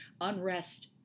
unrest